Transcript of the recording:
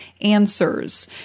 answers